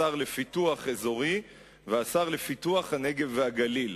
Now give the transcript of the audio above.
השר לפיתוח אזורי והשר לפיתוח הנגב והגליל",